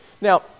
Now